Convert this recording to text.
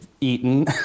eaten